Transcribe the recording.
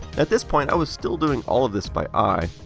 at this point i was still doing all of this by eye.